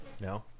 No